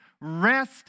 Rest